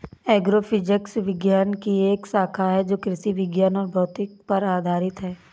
agrophysics विज्ञान की एक शाखा है जो कृषि विज्ञान और भौतिकी पर आधारित है